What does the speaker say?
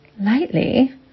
lightly